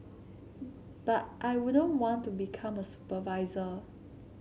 but I wouldn't want to become a supervisor